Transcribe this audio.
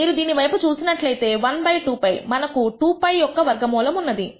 మీరు దీని వైపు చూసినట్లయితే 1 బై 2 π మనకు 2 π యొక్క వర్గమూలం ఉన్నది